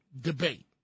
debate